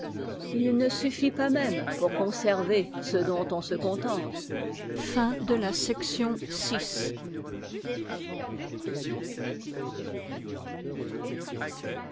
il ne suffit pas même pour conserver ce dont on se contente chapitre vi